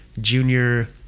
Junior